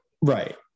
Right